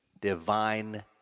divine